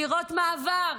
דירות מעבר,